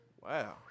wow